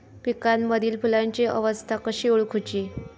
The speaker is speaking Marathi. पिकांमदिल फुलांची अवस्था कशी ओळखुची?